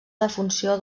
defunció